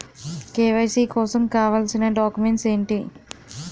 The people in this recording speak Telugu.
కే.వై.సీ కోసం కావాల్సిన డాక్యుమెంట్స్ ఎంటి?